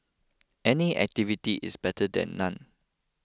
any activity is better than none